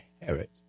inherit